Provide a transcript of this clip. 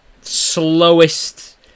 Slowest